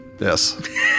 Yes